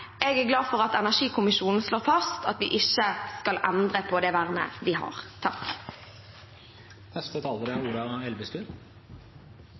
Jeg er glad for at energikommisjonen slår fast at vi ikke skal endre på det vernet vi har.